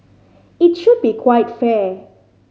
it should be quite fair